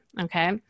Okay